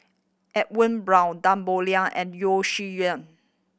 Edwin Brown Tan Boo Liat and Yeo Shih Yun